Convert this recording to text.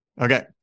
okay